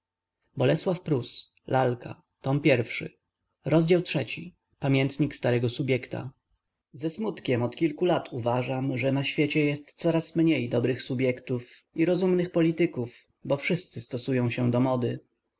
z sobą i w największym sekrecie pisywał pamiętnik ze smutkiem od kilku lat uważam że na świecie jest coraz mniej dobrych subjektów i rozumnych polityków bo wszyscy stosują się do mody